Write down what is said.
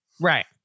Right